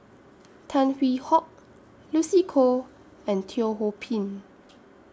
Tan Hwee Hock Lucy Koh and Teo Ho Pin